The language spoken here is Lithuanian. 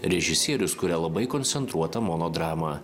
režisierius kuria labai koncentruotą monodramą